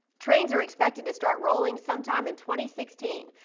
trains are expected to start rolling sometime in twenty sixteen.